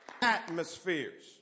atmospheres